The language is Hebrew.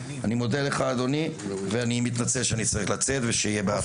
אני מודה לך אדוני ואני מתנצל שאני צריך לצאת ושיהיה בהצלחה.